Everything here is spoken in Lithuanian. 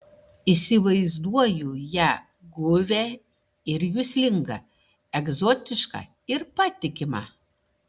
įsivaizduoju ją guvią ir juslingą egzotišką ir patikimą